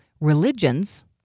religions